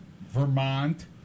Vermont